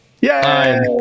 Yay